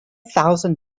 thousand